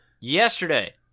Yesterday